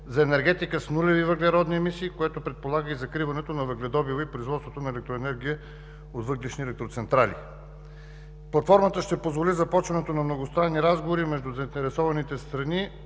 за енергетика с нулеви въглеродни емисии, което предполага и закриването на въгледобива и производството на електроенергия от въглищни електроцентрали. Платформата ще позволи започването на многостранни разговори между заинтересованите страни